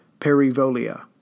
Perivolia